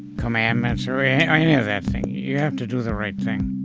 commandments or yeah or any of that thing. you have to do the right thing